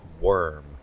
worm